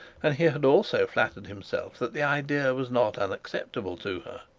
and he had also flattered himself that the idea was not unacceptable to her.